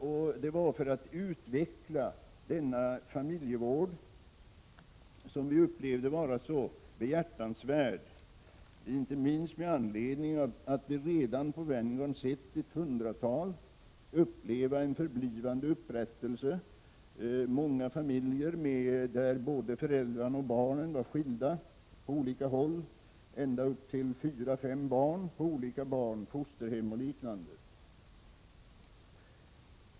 Vi startade denna verksamhet för att utveckla den familjevård som vi upplevde vara så behjärtansvärd, inte minst med anledning av att vi redan på Venngarn sett att ett hundratal uppleva en förblivande upprättelse. I många familjer var föräldrarna och barnen skilda på olika håll. Det kunde röra sig om ända upp till fyra fem barn på olika barnoch fosterhem och liknande.